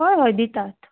हय हय दितात